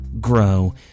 grow